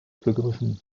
begriffen